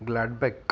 Gladbach